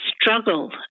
struggle